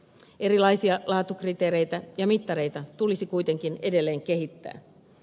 erilaisia laatukriteereitä ja mittareita tulisi kuitenkin edelleen kehittää